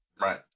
Right